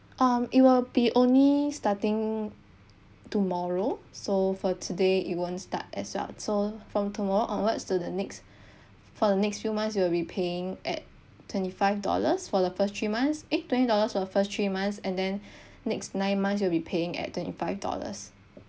um it will be only starting tomorrow so for today it won't start as well so from tomorrow onwards to the next for the next few months you will be paying at twenty five dollars for the first three months eh twenty dollars for the first three months and then next nine months you'll be paying at twenty five dollars